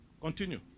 Continue